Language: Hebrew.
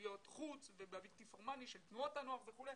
ולפעילויות חוץ ובבלתי פורמלי של תנועות הנוער וכו'.